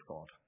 God